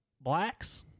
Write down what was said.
Blacks